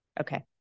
Okay